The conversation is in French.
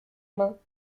mains